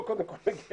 לא מועצה ולא עירייה,